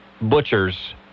butchers